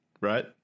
Right